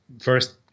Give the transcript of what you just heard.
first